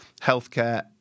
healthcare